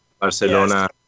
Barcelona